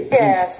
yes